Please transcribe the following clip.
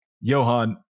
Johan